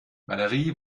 valerie